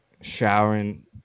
showering